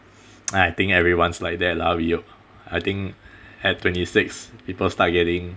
!aiya! I think everyone's like that lah I think at twenty six people start getting